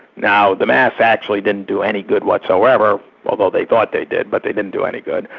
now, the masks actually didn't do any good whatsoever, although they thought they did, but they didn't do any good.